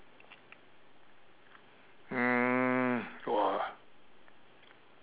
mm !wah!